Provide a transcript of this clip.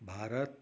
Bharat